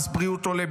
מס הבריאות עולה,